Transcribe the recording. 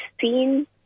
seen